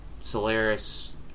Solaris